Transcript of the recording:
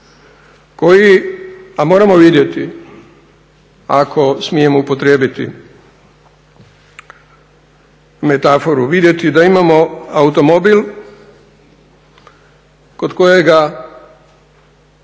koji, a moramo vidjeti, ako smijem upotrijebiti metaforu, vidjeti da imamo automobil kod kojega,